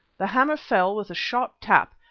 the hammer fell with a sharp tap,